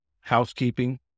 housekeeping